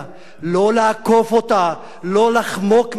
לא לעקוף אותה, לא לחמוק ממנה.